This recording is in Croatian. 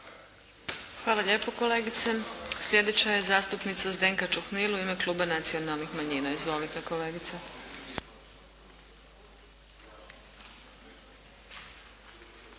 Hvala lijepo kolegice. Sljedeća je zastupnica Zdenka Čuhnil u ime Kluba nacionalnih manjina. Izvolite kolegice.